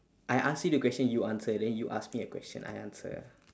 I ask you the question you answer then you ask me a question I answer